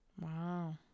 wow